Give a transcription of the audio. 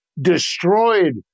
destroyed